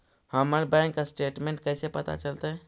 हमर bank statement कैसे पता चलतै?